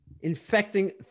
infecting